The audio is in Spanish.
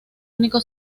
único